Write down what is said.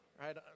right